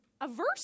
averse